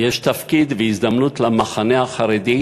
יש תפקיד והזדמנות למחנה החרדים